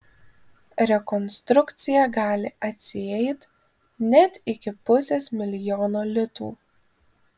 rekonstrukcija gali atsieit net iki pusės milijono litų